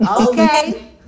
Okay